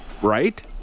right